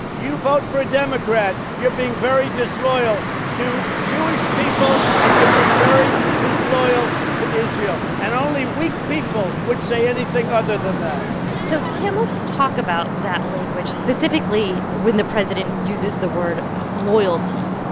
you vote for a democrat you're being very disloyal to jewish people, and you're being very disloyal to israel. and only weak people would say anything other than that so, tam, let's talk about that language specifically when the president uses the word loyalty.